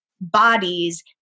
bodies